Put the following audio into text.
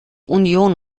union